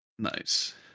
Nice